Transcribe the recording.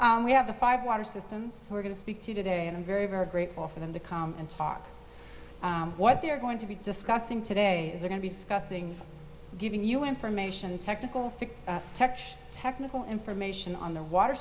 nancy we have the five water systems we're going to speak to today and i'm very very grateful for them to come and talk what they're going to be discussing today is going to be discussing giving you information technical technical information on the water